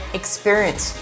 experience